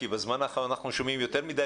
כי בזמן האחרון אנחנו שומעים יותר מדי